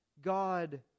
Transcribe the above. God